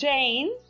Jane